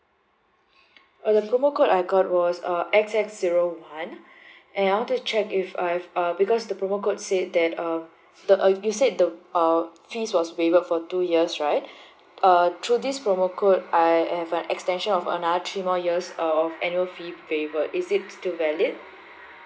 uh the promo code I got was uh X X zero one and I want to check if I've uh because the promo code said that uh the uh you said the uh fees was waivered for two years right uh through this promo code I have an extension of another three more years of annual fee waiver is it still valid